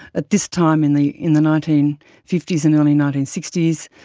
at this time in the in the nineteen fifty s and early nineteen sixty s,